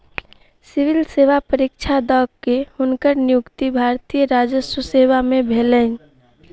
civil सेवा परीक्षा द के, हुनकर नियुक्ति भारतीय राजस्व सेवा में भेलैन